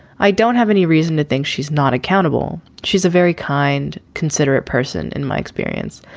i don't have any reason to think she's not accountable. she's a very kind, considerate person in my experience.